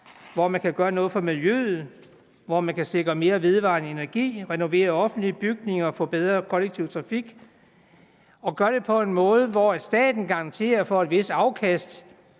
hvor man kan gøre noget for miljøet, hvor man kan sikre mere vedvarende energi, renovere offentlige bygninger og få bedre kollektiv trafik – og gøre det på en måde, hvor staten garanterer for et vist afkast,